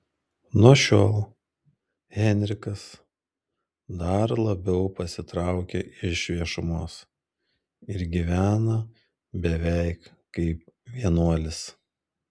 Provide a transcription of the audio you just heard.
nuo šiol henrikas dar labiau pasitraukia iš viešumos ir gyvena beveik kaip vienuolis